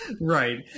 right